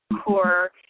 core